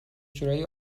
جورایی